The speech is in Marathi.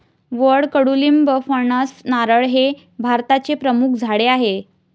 वड, कडुलिंब, फणस, नारळ हे भारताचे प्रमुख झाडे आहे